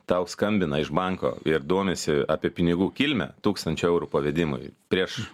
tau skambina iš banko ir domisi apie pinigų kilmę tūkstančio eurų pavedimui prieš